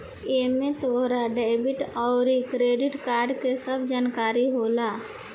एमे तहार डेबिट अउर क्रेडित कार्ड के सब जानकारी होला